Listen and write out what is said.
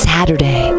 Saturday